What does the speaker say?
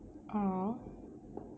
orh